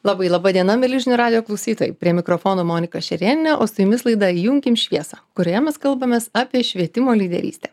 labai laba diena mieli radijo klausytojai prie mikrofono monika šerėnienė o su jumis laida įjunkim šviesą kurioje mes kalbamės apie švietimo lyderystę